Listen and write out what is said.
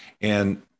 And-